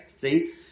see